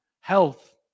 health